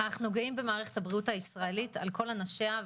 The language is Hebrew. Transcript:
אנו גאים במערכת הבריאות הישראלית על כל עובדיה,